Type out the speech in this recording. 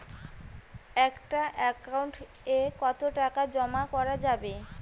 একটা একাউন্ট এ কতো টাকা জমা করা যাবে?